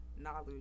knowledge